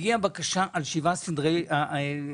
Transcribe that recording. הגיעה בקשה על שבעת סמלי שלטון,